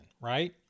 right